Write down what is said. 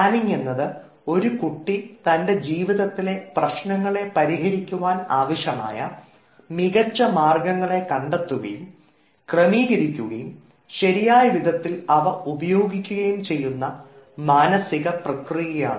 planning എന്നത് ഒരു കുട്ടി തൻറെ ജീവിതത്തിലെ പ്രശ്നങ്ങളെ പരിഹരിക്കുവാൻ ആവശ്യമായ മികച്ച മാർഗങ്ങളെ കണ്ടെത്തുകയും ക്രമീകരിക്കുകയും ശരിയായ വിധത്തിൽ അവ ഉപയോഗിക്കുകയും ചെയ്യുന്ന മാനസിക പ്രക്രിയയാണ്